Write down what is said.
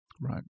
Right